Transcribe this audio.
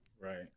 Right